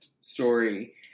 story